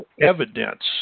evidence